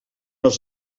els